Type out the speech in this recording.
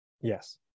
Yes